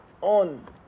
on